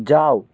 যাও